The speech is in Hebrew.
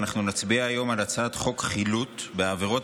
אנחנו נצביע היום על הצעת חוק חילוט בעבירות